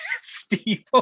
steve